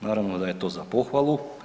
Naravno da je to za pohvalu.